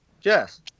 Jess